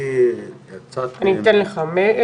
אני אראה לך.